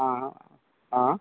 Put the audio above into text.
हाँ हाँ हाँ